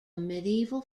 medieval